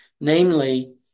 namely